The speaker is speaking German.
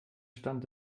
stand